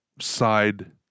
side